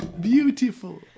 Beautiful